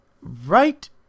right